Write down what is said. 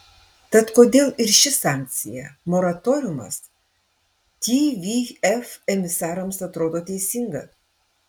tad kodėl ir ši sankcija moratoriumas tvf emisarams atrodo teisinga